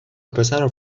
وپسرو